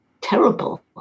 terrible